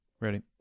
Ready